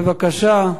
בבקשה.